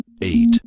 eight